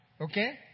Okay